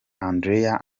andrea